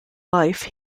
life